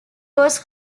was